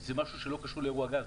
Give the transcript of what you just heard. זה משהו שלא קשור לאירוע גז.